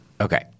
Okay